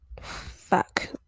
fuck